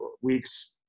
weeks